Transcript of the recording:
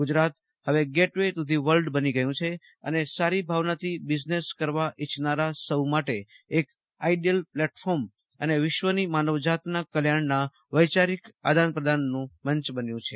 ગુજરાત હવે gateway to the world બની ગયું છે અને સારી ભાવનાથી બીઝનેસ કરવા ઈચ્છનારા સૌ માટે અકે આઈડીયલ પ્લેટફોર્મ અને વિશ્વની માનવજાતના કલ્યાણના વૈચારિક આદાન પ્રદાન માટેનો મંચ બન્યો છે